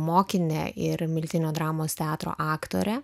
mokine ir miltinio dramos teatro aktore